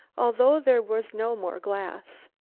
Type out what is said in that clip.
although there was no more glass.